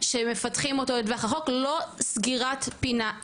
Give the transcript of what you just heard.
שמפתחים אותו לטווח רחוק לא סגירת פינה,